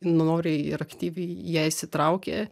noriai ir aktyviai į ją įsitraukė